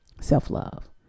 self-love